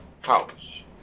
house